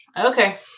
Okay